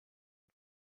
you